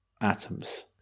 atoms